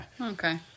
Okay